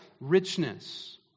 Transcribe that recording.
richness